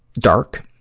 dark.